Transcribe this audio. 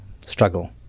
struggle